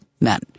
men